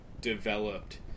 developed